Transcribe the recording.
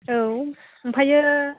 औ ओमफ्राय